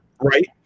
Right